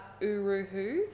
Uruhu